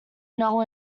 null